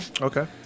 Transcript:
okay